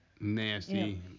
nasty